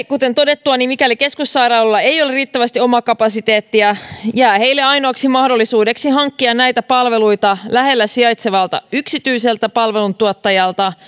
kuten todettua mikäli keskussairaaloilla ei ole riittävästi omaa kapasiteettia jää heille ainoaksi mahdollisuudeksi hankkia näitä palveluita lähellä sijaitsevalta yksityiseltä palveluntuottajalta